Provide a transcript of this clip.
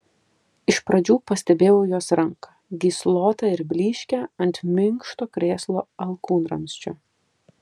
iš pradžių pastebėjau jos ranką gyslotą ir blyškią ant minkšto krėslo alkūnramsčio